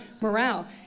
morale